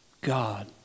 God